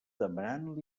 demanant